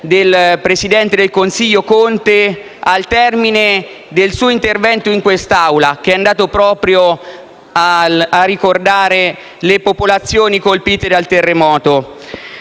del presidente del Consiglio Conte al termine del suo intervento in quest'Aula, che ha ricordato proprio le popolazioni colpite dal terremoto.